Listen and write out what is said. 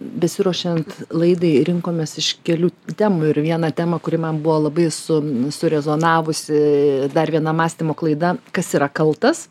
besiruošiant laidai rinkomės iš kelių temų ir viena tema kuri man buvo labai su surezonavusi dar viena mąstymo klaida kas yra kaltas